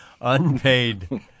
unpaid